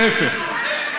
להפך.